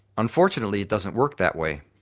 unfortunately it doesn't work that way.